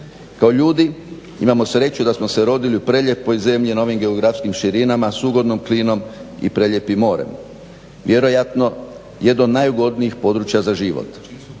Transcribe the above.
Kao ljudi imamo sreću da smo se rodili u prelijepoj zemlji na ovim geografskim širinama s ugodnom klimom i prelijepim morem, vjerojatno jedno od najugodnijih područja za život.